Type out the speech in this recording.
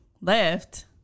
left